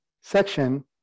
section